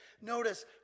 Notice